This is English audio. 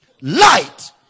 light